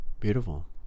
Beautiful